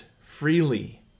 freely